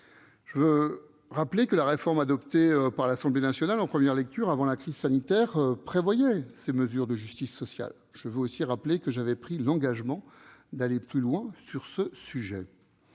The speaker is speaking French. Je veux rappeler que la réforme adoptée par l'Assemblée nationale en première lecture, avant la crise sanitaire, prévoyait ces mesures de justice sociale. Je veux aussi rappeler que j'avais pris l'engagement d'aller plus loin sur ce sujet.